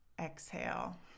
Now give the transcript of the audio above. Exhale